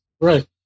Right